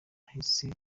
cyahise